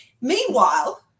Meanwhile